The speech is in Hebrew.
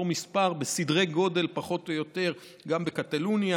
אותו מספר בסדרי גודל פחות או יותר גם בקטלוניה,